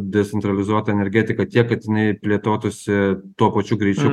decentralizuotą energetiką tiek kad jinai plėtotųsi tuo pačiu greičiu